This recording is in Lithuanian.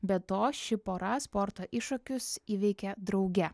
be to ši pora sporto iššūkius įveikė drauge